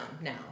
now